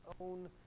own